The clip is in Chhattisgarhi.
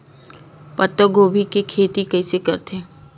पत्तागोभी के खेती कइसे करथे?